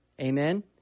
amen